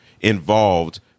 involved